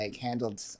handled